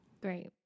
Great